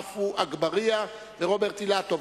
עפו אגבאריה ורוברט אילטוב.